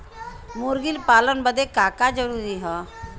मुर्गी पालन बदे का का जरूरी ह?